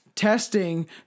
Testing